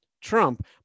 Trump